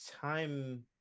time